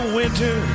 winter